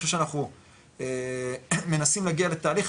אני חושב שאנחנו מנסים להגיע לתהליך,